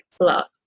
lots